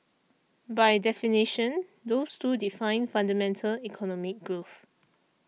by definition those two define fundamental economic growth